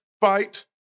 fight